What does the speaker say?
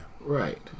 Right